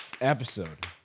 Episode